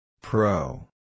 Pro